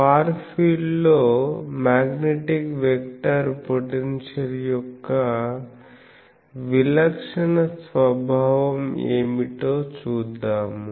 far field లో magnetic vector potential యొక్క విలక్షణ స్వభావం ఏమిటో చూద్దాము